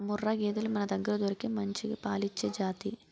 ముర్రా గేదెలు మనదగ్గర దొరికే మంచిగా పాలిచ్చే జాతి